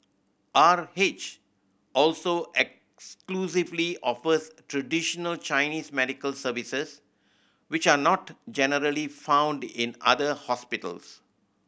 R H also exclusively offers traditional Chinese medical services which are not generally found in other hospitals